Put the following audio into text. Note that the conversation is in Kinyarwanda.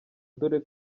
dore